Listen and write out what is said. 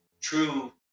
true